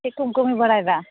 ᱪᱮᱫ ᱠᱚᱢ ᱠᱟᱹᱢᱤ ᱵᱟᱲᱟᱭᱮᱫᱟ